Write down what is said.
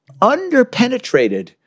underpenetrated